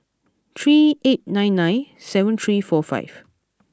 three eight nine nine seven three four five